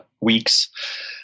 weeks